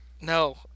No